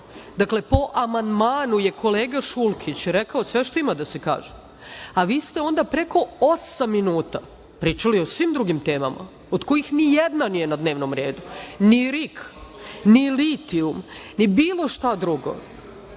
Dakle, po amandmanu je kolega Šulkić rekao sve što ima da se kaže, a vi ste onda preko osam minuta pričali o svim drugim temama, od kojih nijedna nije na dnevnom redu, ni RIK, ni litijum, ni bilo šta drugo,